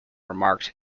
remarked